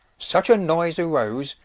such a noyse arose,